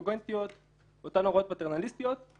חוזה להעמדת ערבות למעט רכיב העמדת אשראי לצורך העמדת